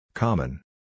Common